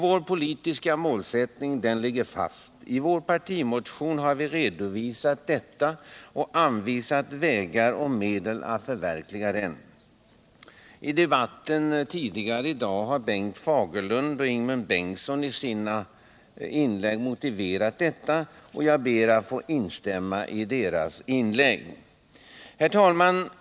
Vår politiska målsättning ligger fast. I vår partimotion har vi redovisat detta och anvisat vägar och medel att förverkliga den. I debatten tidigare i dag har Bengt Fagerlund och Ingemund Bengtsson i sina inlägg motiverat detta, och jag ber att få instämma i deras inlägg. Herr talman!